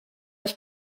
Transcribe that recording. ich